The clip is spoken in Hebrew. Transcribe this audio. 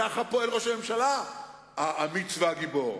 ככה פועל ראש הממשלה האמיץ והגיבור,